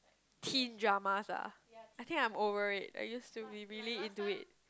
teen dramas ah I think I'm over it I used to be really into it